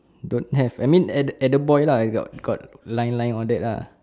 don't have I mean at the at the boy lah got got line line all that lah